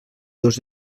dos